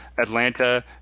Atlanta